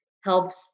helps